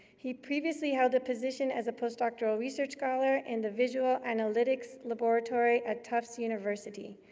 he previously held a position as a post-doctoral research scholar in the visual analytics laboratory at tufts university.